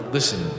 Listen